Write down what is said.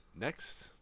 Next